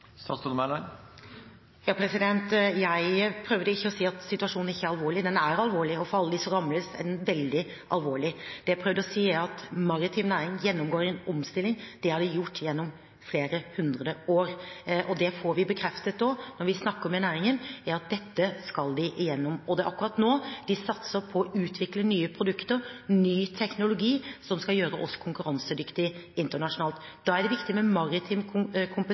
Jeg sier ikke at situasjonen ikke er alvorlig – den er alvorlig, og for alle dem som rammes, er den veldig alvorlig. Det jeg prøvde å si, er at maritim næring gjennomgår en omstilling. Det har den gjort gjennom flere hundre år. Det vi også får bekreftet når vi snakker med næringen, er at dette skal de igjennom. Det er akkurat nå de satser på å utvikle nye produkter og ny teknologi, som skal gjøre oss konkurransedyktig internasjonalt. Da er det viktig med maritim